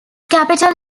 capital